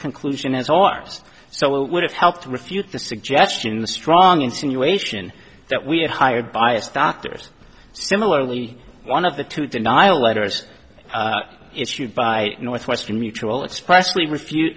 conclusion as ours so it would have helped refused the suggestion the strong insinuation that we had hired biased doctors similarly one of the two denial letters issued by northwestern mutual expressly refute